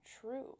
true